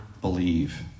believe